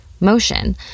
motion